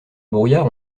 brouillard